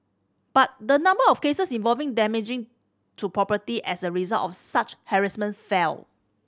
but the number of cases involving damage to property as a result of such harassment fell